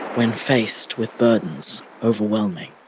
when faced with burdens overwhelming.